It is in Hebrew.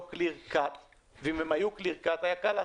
אבל אני יותר בקשר איתם כי אני מוכר